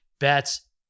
Bets